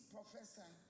Professor